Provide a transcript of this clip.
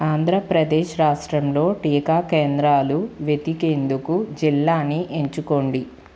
ఆంధ్రప్రదేశ్ రాష్ట్రంలో టీకా కేంద్రాలు వెతికేందుకు జిల్లాని ఎంచుకోండి